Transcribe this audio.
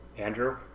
Andrew